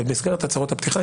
ובמסגרת הצהרות הפתיחה,